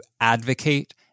advocate